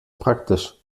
praktisch